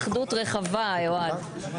תהיה ממשלת אחדות רחבה, אוהד.